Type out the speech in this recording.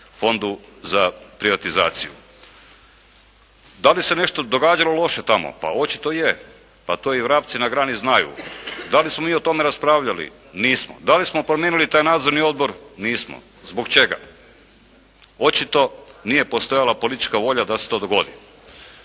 Fondu za privatizaciju. Da li se nešto događalo loše tamo? Pa očito je, pa to i vrapci na grani znaju. Da li smo mi o tome raspravljali? Nismo. Da li smo planirali taj nadzorni odbor? Nismo. Zbog čega? Očito nije postojala politička volja da se to dogodi.